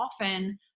often